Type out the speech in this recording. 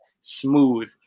smooth